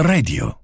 Radio